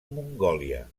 mongòlia